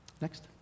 Next